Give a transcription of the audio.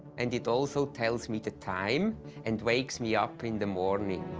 and it also tells me the time and wakes me up in the morning.